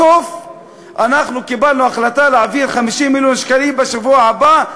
בסוף אנחנו קיבלנו החלטה להעביר 50 מיליון שקלים בשבוע הבא,